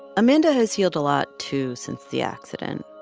amanda has healed a lot too since the accident.